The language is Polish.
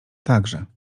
także